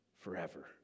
forever